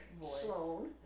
sloan